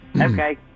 okay